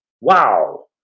Wow